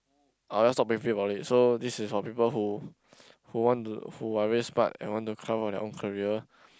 I'll just stop briefing about it so this is for people who who want to who are very smart and want to carve our their own career